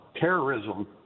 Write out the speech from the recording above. terrorism